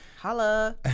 Holla